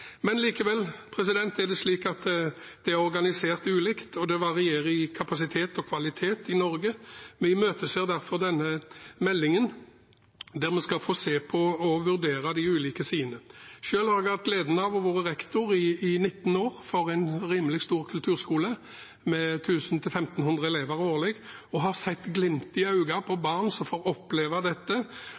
Likevel er det slik at dette er organisert ulikt og varierer i kapasitet og kvalitet i Norge. Vi imøteser derfor denne meldingen, der man skal se på og vurdere de ulike sidene. Selv har jeg hatt gleden av å ha vært rektor i 19 år for en rimelig stor kulturskole, med 1 000–1 500 elever årlig, og har sett glimtet i øynene hos barn som får oppleve dette,